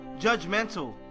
judgmental